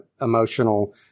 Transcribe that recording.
emotional